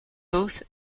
both